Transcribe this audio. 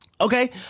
Okay